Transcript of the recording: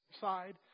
side